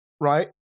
right